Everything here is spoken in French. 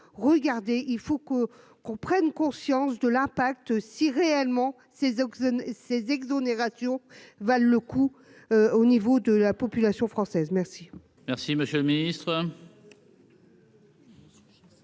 regardez, il faut que, qu'on prenne conscience de l'impact, si réellement ces examens ces exonérations valent le coup au niveau de la population française, merci.